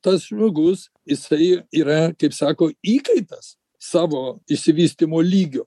tas žmogus jisai yra kaip sako įkaitas savo išsivystymo lygio